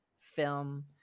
film